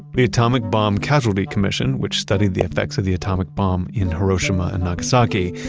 the atomic bomb casualty commission, which studied the effects of the atomic bomb in hiroshima and nagasaki,